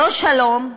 לא שלום,